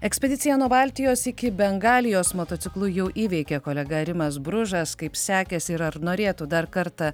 ekspediciją nuo baltijos iki bengalijos motociklu jau įveikė kolega rimas bružas kaip sekėsi ir ar norėtų dar kartą